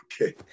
okay